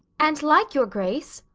and't like your grace